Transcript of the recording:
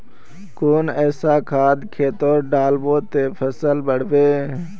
कुन ऐसा खाद खेतोत डालबो ते फसल बढ़बे?